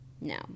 No